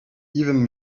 even